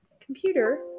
Computer